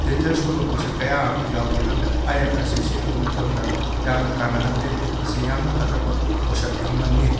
ꯗꯦꯟꯖꯔꯁꯨ ꯑꯣꯏꯕ ꯄꯣꯠꯁꯛ ꯀꯌꯥ ꯑꯃ ꯌꯥꯎꯗꯨꯅ ꯑꯥꯏꯔꯟ ꯑꯁꯤ ꯁꯤꯖꯤꯟꯅꯕ ꯃꯇꯝꯗ ꯌꯥꯝꯅ ꯀꯥꯅꯍꯟꯗꯦ ꯃꯁꯤ ꯌꯥꯝꯅ ꯐꯠꯇꯕ ꯄꯣꯠꯁꯛ ꯑꯃꯅꯤ